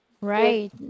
Right